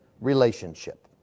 relationship